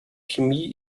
chemie